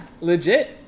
legit